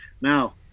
Now